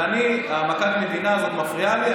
ומכת המדינה הזאת מפריעה לי,